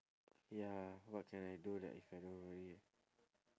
ya what can I do that if I don't worry